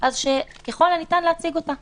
אז ככל הניתן להציג אותה.